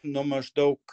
nu maždaug